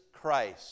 Christ